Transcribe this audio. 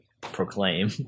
proclaim